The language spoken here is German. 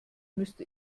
müsste